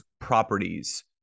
properties